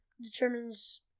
determines